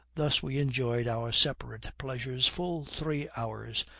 thus we enjoyed our separate pleasures full three hours,